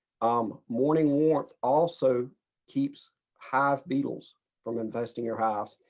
um morning warmth also keeps hive beetles from infesting your hives.